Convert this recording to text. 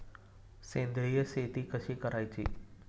सेंद्रिय शेती कशी करायची?